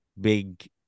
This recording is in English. big